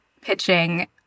pitching